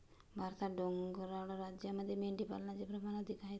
भारतात डोंगराळ राज्यांमध्ये मेंढीपालनाचे प्रमाण अधिक आहे